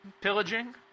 pillaging